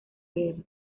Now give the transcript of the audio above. guerra